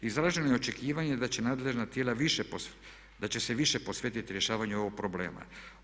Izraženo je očekivanje da će nadležna tijela više, da će se više posvetiti rješavanju ovog problema.